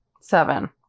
Seven